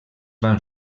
van